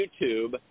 YouTube